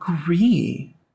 agree